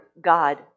God